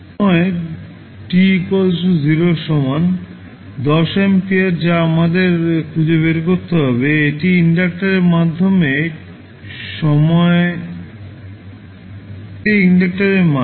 সময়ে t 0 এর সমান 10 অ্যাম্পিয়ার যা আমাদের খুঁজে বের করতে হবে এটি ইনডাক্টরের মান